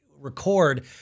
record